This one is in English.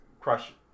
crush